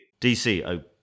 DC